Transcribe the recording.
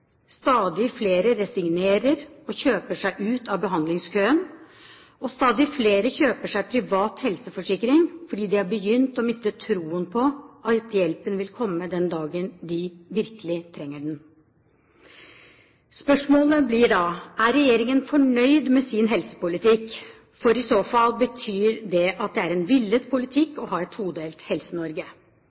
Stadig flere resignerer og kjøper seg ut av behandlingskøen, og stadig flere kjøper seg privat helseforsikring fordi de har begynt å miste troen på at hjelpen vil komme den dagen de virkelig trenger den. Spørsmålet blir da: Er regjeringen fornøyd med sin helsepolitikk? I så fall betyr det at det er en villet politikk å ha et todelt